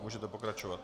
Můžete pokračovat.